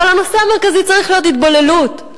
אבל הנושא המרכזי צריך להיות ההתבוללות,